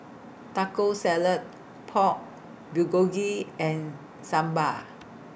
Taco Salad Pork Bulgogi and Sambar